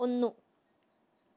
ഒന്നു